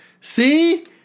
See